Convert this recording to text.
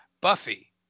Buffy